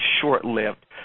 short-lived